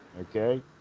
Okay